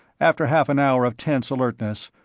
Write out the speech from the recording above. after half an hour of tense alertness,